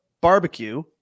Barbecue